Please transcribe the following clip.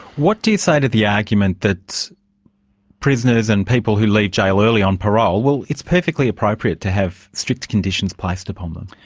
what do you say to the argument that prisoners and people who leave jail early on parole, well it's perfectly appropriate to have strict conditions placed upon them.